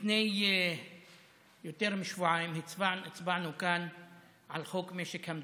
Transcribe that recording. לפני יותר משבועיים הצבענו כאן על חוק משק המדינה,